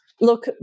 Look